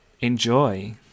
Enjoy